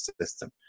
system